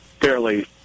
fairly